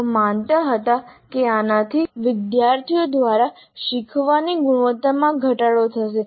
તેઓ માનતા હતા કે આનાથી વિદ્યાર્થીઓ દ્વારા શીખવાની ગુણવત્તામાં ઘટાડો થશે